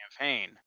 campaign